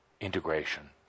integration